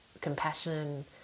compassion